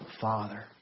father